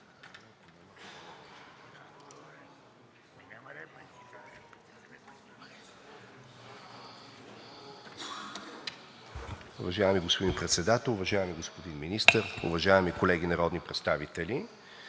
Уважаеми господин Председател, уважаеми господин Министър, уважаеми колеги народни представители!